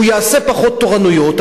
הוא יעשה פחות תורנויות,